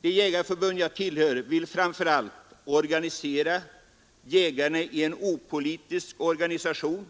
Det jägarförbund jag tillhör vill framför allt organisera jägarna i en opolitisk organisation.